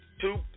two